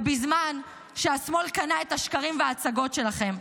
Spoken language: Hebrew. ובזמן שהשמאל קנה את השקרים וההצגות שלכם,